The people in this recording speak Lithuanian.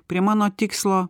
prie mano tikslo